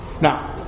Now